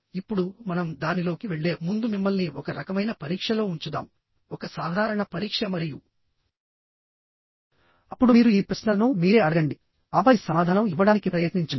ఇప్పుడు మనం దానిలోకి వెళ్ళే ముందు మిమ్మల్ని ఒక రకమైన పరీక్షలో ఉంచుదాం ఒక సాధారణ పరీక్ష మరియు అప్పుడు మీరు ఈ ప్రశ్నలను మీరే అడగండి ఆపై సమాధానం ఇవ్వడానికి ప్రయత్నించండి